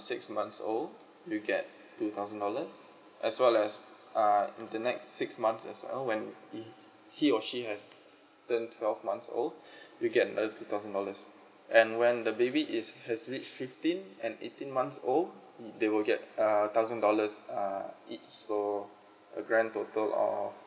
six months old you get two thousand dollars as well as uh in the next six months as well when he he or she has turned twelve months old will get another two thousand dollars and when the baby is has reach fifteen and eighteen months old they will get a thousand dollars uh each so a grand total of